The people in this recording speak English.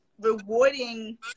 rewarding